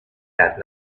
that